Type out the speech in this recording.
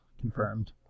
confirmed